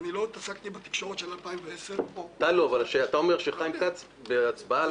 איזה מצג יעמוד בפני חברי כנסת שחברים בוועדה וגם במליאה,